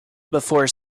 before